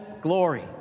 glory